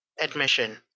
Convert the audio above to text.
admission